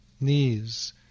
knees